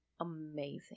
amazing